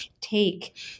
take